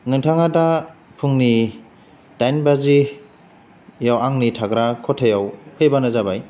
नोंथाङा दा फुंनि दाइन बाजियाव आंनि थाग्रा खथायाव फैबानो जाबाय